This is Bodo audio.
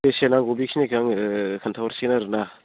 बेसे नांगौ बेखिनिखौ आङो खिनथा हरसिगोन आरोना